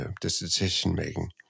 decision-making